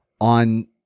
on